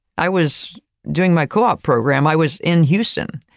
i was doing my co-op program, i was in houston.